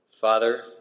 Father